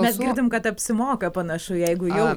mes girdim kad apsimoka panašu jeigu jau